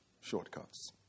Shortcuts